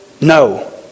No